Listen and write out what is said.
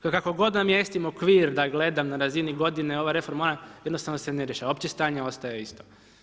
Kako god namjestimo okvir da gledam na razini godine, ova reforma moja, jednostavno se ne dešava, opće stanje ostaje isto.